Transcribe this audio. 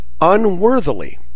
unworthily